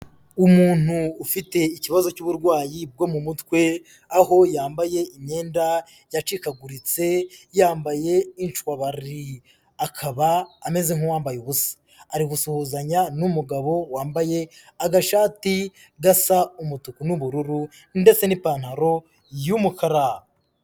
Umuntu ufite ikibazo cy'uburwayi bwo mu mutwe, aho yambaye imyenda yacikaguritse, yambaye inshwabari, akaba ameze nk'uwambaye ubusa. Ari gusuhuzanya n'umugabo wambaye, agashati gasa umutuku n'ubururu, ndetse n'ipantaro y'umukara.